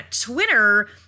Twitter